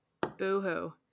Boo-hoo